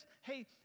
hey